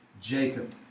Jacob